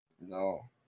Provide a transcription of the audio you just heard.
no